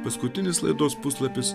paskutinis laidos puslapis